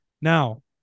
Now